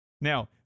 Now